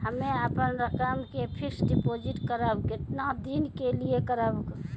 हम्मे अपन रकम के फिक्स्ड डिपोजिट करबऽ केतना दिन के लिए करबऽ?